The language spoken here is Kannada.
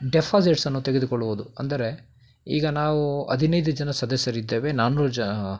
ಡೆಫಾಸಿಟ್ಸನ್ನು ತೆಗೆದುಕೊಳ್ಳುವುದು ಅಂದರೆ ಈಗ ನಾವು ಹದಿನೈದು ಜನ ಸದಸ್ಯರಿದ್ದೇವೆ ನಾನ್ನೂರು ಜ